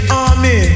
army